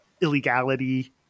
illegality